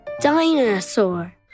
Dinosaur